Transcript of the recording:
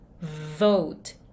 vote